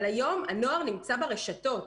אבל היום הנוער נמצא ברשתות.